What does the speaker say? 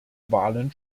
wahlen